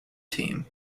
team